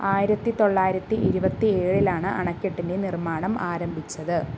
ആയിരത്തി തൊള്ളാരിത്തി ഇരുപത്തിയേഴിലാണ് അണക്കെട്ടിൻ്റെ നിർമ്മാണം ആരംഭിച്ചത്